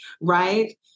right